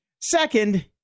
second